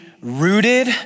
rooted